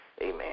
Amen